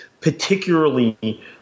particularly